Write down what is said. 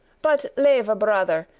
but, leve brother,